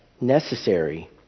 necessary